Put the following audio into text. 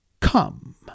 Come